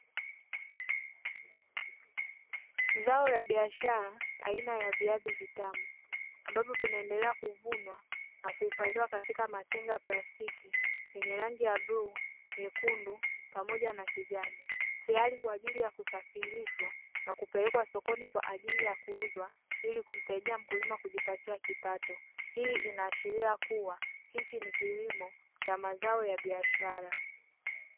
Zao la biashara aina ya viazi vitamu, ambavyo vinaendelea kuvunwa na kuhifadhiwa katika matenga ya plastiki yenye rangi ya bluu, nyekundu, pamoja na kijani, tayari kwa ajili ya kusafirishwa na kupelekwa sokoni kwa ajili ya kuuzwa, ili kumsaidia mkulima kujipatia kipato, hii inaashiria kuwa hichi ni kilimo cha mazao ya biashara.